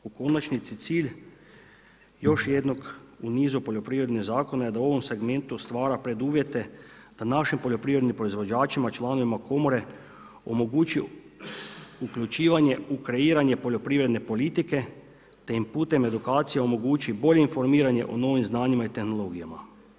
U konačnici cilj još jednog u nizu poljoprivrednog zakona je da u ovom segmentu stvara preduvjete da našim poljoprivrednim proizvođačima, članovima komore omogući uključivanje u kreiranje poljoprivredne politike te im putem edukacija omogući bolje informiranje o novim znanjima i tehnologijama.